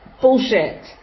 bullshit